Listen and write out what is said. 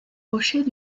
rochers